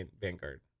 Vanguard